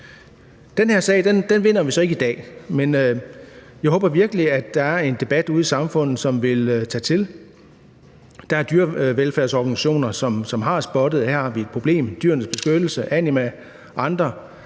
Den her sag vinder vi så ikke i dag, men jeg håber virkelig, at der er en debat ude i samfundet, som vil tage til i styrke. Der er dyrevelfærdsorganisationer, som har spottet, at her har vi et problem, og Dyrenes Beskyttelse, Anima og andre